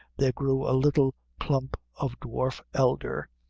there grew a little clump of dwarf elder,